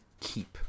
keep